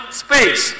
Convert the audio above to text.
space